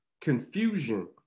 confusion